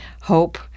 Hope